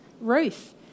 Ruth